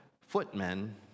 footmen